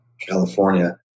California